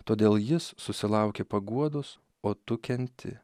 todėl jis susilaukė paguodos o tu kenti